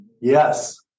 Yes